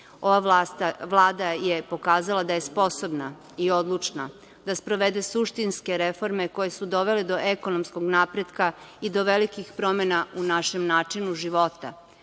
Vlada je pokazala da je sposobna i odlučna da sprovede suštinske reforme koje su dovele do ekonomskog napretka i do velikih promena u našem načinu života.